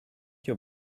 your